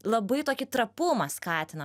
labai tokį trapumą skatina